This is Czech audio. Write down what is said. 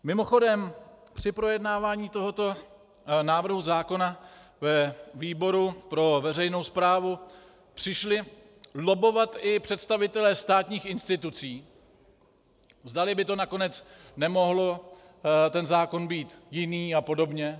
Mimochodem při projednávání tohoto návrhu zákona ve výboru pro veřejnou správu přišli lobbovat i představitelé státních institucí, zdali by nakonec ten zákon nemohl být jiný apod.